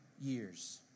years